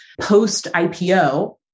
post-IPO